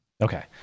okay